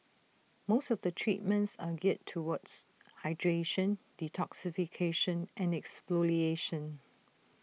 most of the treatments are geared towards hydration detoxification and exfoliation